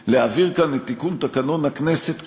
להעביר כאן את תיקון תקנון הכנסת כולו,